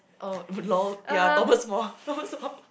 oh lol ya Thomas-Wong Thomas-Wong